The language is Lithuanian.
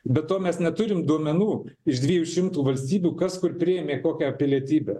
be to mes neturim duomenų iš dviejų šimtų valstybių kas kur priėmė kokią pilietybę